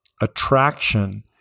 attraction